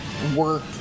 Work